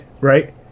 right